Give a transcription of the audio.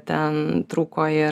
ten trūko ir